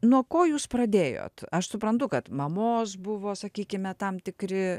nuo ko jūs pradėjot aš suprantu kad mamos buvo sakykime tam tikri